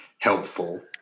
helpful